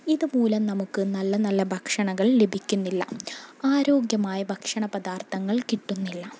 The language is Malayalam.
ഇത് മൂലം നമുക്ക് നല്ല നല്ല ഭക്ഷണങ്ങൾ ലഭിക്കുന്നില്ല ആരോഗ്യമായ ഭക്ഷണ പദാർത്ഥങ്ങൾ കിട്ടുന്നില്ല